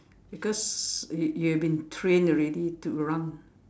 because you you have been trained already to run